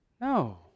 No